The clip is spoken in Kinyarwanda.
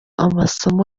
amasomo